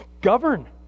govern